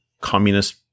communist